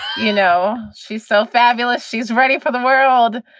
you know, she's so fabulous. she's ready for the world.